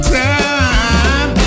time